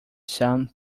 sun